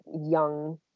young